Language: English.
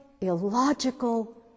illogical